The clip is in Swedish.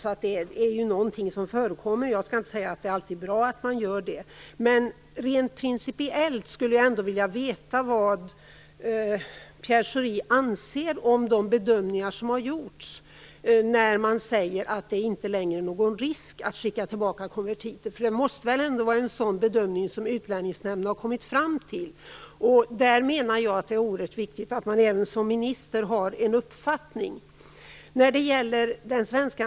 Jag skall inte säga att det alltid är bra att man gör det, men rent principiellt skulle jag ändå vilja veta vad Pierre Schori anser om de bedömningar som har gjorts när man säger att det inte längre är någon risk förenad med att skicka tillbaka konvertiter. Utlänningsnämnden måste ändå ha kommit fram till en sådan mening. Jag menar att det är oerhört viktigt att även en minister har en uppfattning om detta.